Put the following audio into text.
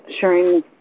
sharing